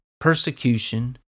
persecution